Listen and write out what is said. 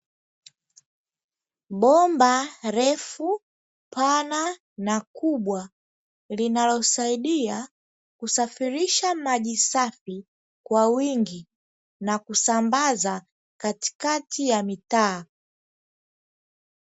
Bomba refu, pana na kubwa linalosaidia kusafirisha maji safi kwa wingi na kusambaza katikati ya mitaa.